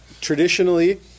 traditionally